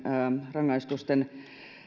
rangaistusten